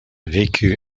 vécu